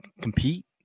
compete